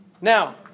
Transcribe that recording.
Now